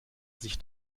sich